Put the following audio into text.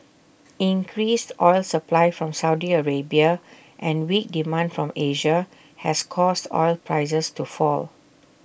increased oil supply from Saudi Arabia and weak demand from Asia has caused oil prices to fall